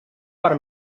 per